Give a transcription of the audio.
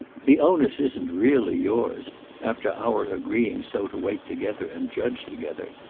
the onus isn't really yours after our agreeing so to wait together and judge together.